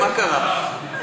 מה קרה?